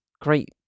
great